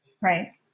right